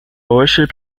worship